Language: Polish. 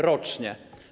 Rocznie.